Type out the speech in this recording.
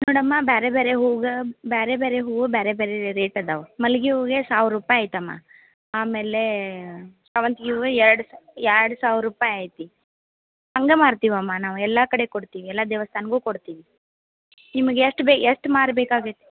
ನೋಡಮ್ಮ ಬೇರೆ ಬೇರೆ ಹೂವ್ಗೆ ಬೇರೆ ಬೇರೆ ಹೂವು ಬೇರೆ ಬೇರೆ ರೇಟ್ ಇದಾವೆ ಮಲ್ಲಿಗೆ ಹೂವಿಗೆ ಸಾವಿರ ರೂಪಾಯಿ ಐತಮ್ಮ ಆಮೇಲೆ ಶಾವಂತಿಗೆ ಹೂವ್ಗೆ ಎರಡು ಎರಡು ಸಾವಿರ ರೂಪಾಯಿ ಐತಿ ಹಂಗೇ ಮಾರ್ತೀವಮ್ಮ ನಾವು ಎಲ್ಲ ಕಡೆ ಕೊಡ್ತೀವಿ ಎಲ್ಲ ದೇವಸ್ಥಾನ್ಕು ಕೊಡ್ತೀವಿ ನಿಮ್ಗೆ ಎಷ್ಟು ಬೇ ಎಷ್ಟು ಮಾರು ಬೇಕಾಗಿತ್ತು